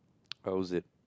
close it